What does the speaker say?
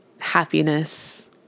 happiness